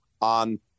on